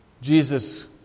Jesus